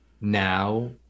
now